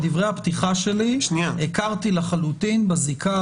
בדברי הפתיחה שלי הכרתי לחלוטין בזיקה